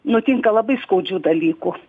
nutinka labai skaudžių dalykų